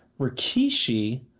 rikishi